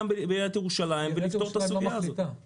בעיריית ירושלים ולפתור את הסוגיה הזאת.